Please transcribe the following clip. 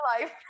life